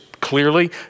clearly